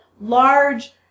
large